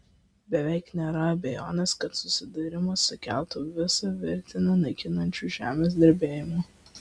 beveik nėra abejonės kad susidūrimas sukeltų visą virtinę naikinančių žemės drebėjimų